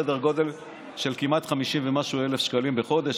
סדר גודל של כמעט 50,000 ומשהו שקלים בחודש.